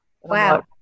Wow